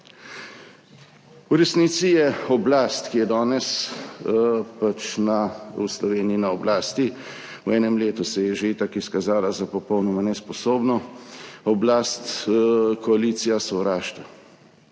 V resnici je oblast, ki je danes v Sloveniji na oblasti – v enem letu se je že itak izkazala za popolnoma nesposobno oblast – koalicija sovraštva.